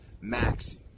max